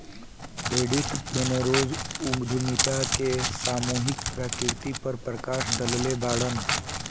Edith Penrose उद्यमिता के सामूहिक प्रकृति पर प्रकश डलले बाड़न